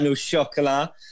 chocolate